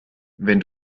wenn